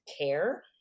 care